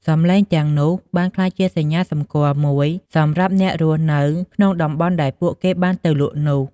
សំឡេងទាំងនោះបានក្លាយជាសញ្ញាសម្គាល់មួយ សម្រាប់អ្នករស់នៅក្នុងតំបន់ដែលពួកគេបានទៅលក់នោះ។